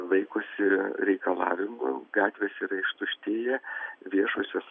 laikosi reikalavimų gatvės yra ištuštėję viešosios